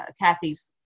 Kathy's